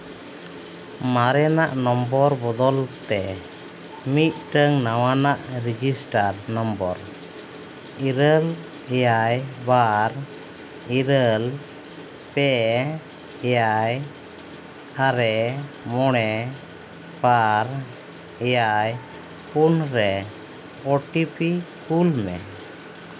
ᱢᱟᱨᱮᱱᱟᱜ ᱱᱚᱢᱵᱚᱨ ᱵᱚᱫᱚᱞᱛᱮ ᱢᱤᱫᱴᱟᱹᱱ ᱱᱟᱣᱟᱱᱟᱜ ᱨᱮᱡᱤᱥᱴᱟᱨ ᱱᱚᱢᱵᱚᱨ ᱤᱨᱟᱹᱞ ᱮᱭᱟᱭ ᱵᱟᱨ ᱤᱨᱟᱹᱞ ᱯᱮ ᱮᱭᱟᱭ ᱟᱨᱮ ᱢᱚᱬᱮ ᱵᱟᱨ ᱮᱭᱟᱭ ᱯᱩᱱ ᱨᱮ ᱳ ᱴᱤ ᱯᱤ ᱠᱳᱞ ᱢᱮ